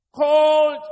called